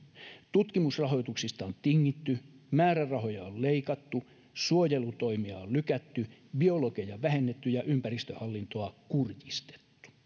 tutkimusrahoituksesta on tingitty määrärahoja on leikattu suojelutoimia on lykätty biologeja vähennetty ja ympäristöhallintoa kurjistettu